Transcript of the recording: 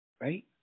Right